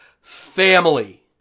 family